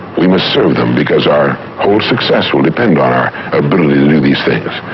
we must serve them because our whole success will depend on our ability to do these things.